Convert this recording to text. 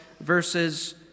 verses